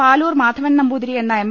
പാലൂർ മാധവൻ നമ്പൂതിരി എന്ന എം